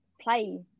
play